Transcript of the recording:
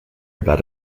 about